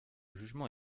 jugement